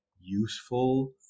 useful